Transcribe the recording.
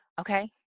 Okay